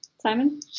Simon